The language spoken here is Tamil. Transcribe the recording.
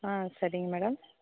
ஆ சரிங்க மேடம்